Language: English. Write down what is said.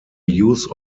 use